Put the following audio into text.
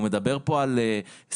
הוא מדבר פה יותר על סכנה